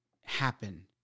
happen